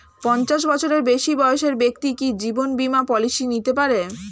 পঞ্চাশ বছরের বেশি বয়সের ব্যক্তি কি জীবন বীমা পলিসি নিতে পারে?